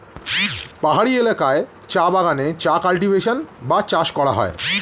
পাহাড়ি এলাকায় চা বাগানে চা কাল্টিভেশন বা চাষ করা হয়